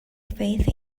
faith